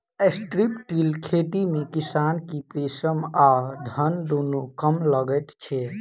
strip till खेती मे किसान के परिश्रम आ धन दुनू कम लगैत छै